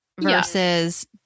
versus